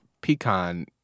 pecan